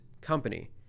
company